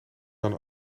dan